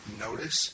notice